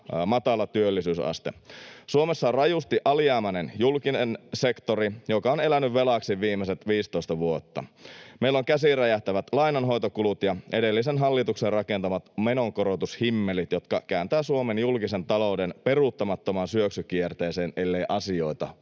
matala työllisyysaste. Suomessa on rajusti alijäämäinen julkinen sektori, joka on elänyt velaksi viimeiset 15 vuotta. Meillä on käsiin räjähtävät lainanhoitokulut ja edellisen hallituksen rakentamat menonkorotushimmelit, jotka kääntävät Suomen julkisen talouden peruuttamattomaan syöksykierteeseen, ellei asioita